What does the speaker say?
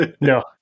No